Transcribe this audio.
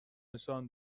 نشان